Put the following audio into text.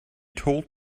told